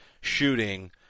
shooting